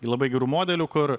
labai gerų modelių kur